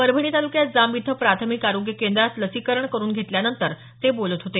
परभणी तालुक्यात जांब इथं प्राथमिक आरोग्य केंद्रात लसीकरण करून घेतल्यानंतर ते बोलत होते